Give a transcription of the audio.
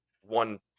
one